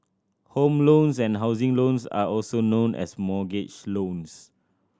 home loans and housing loans are also known as mortgage loans